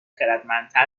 خردمندتر